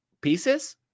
pieces